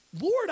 Lord